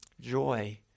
Joy